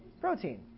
protein